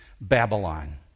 Babylon